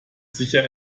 sicher